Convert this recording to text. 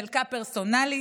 בחלקה היא פרסונלית